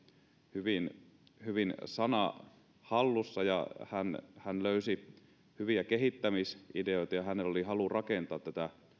hyvin hyvin sana hallussa ja hän löysi hyviä kehittämisideoita ja hänellä oli halu rakentaa tätä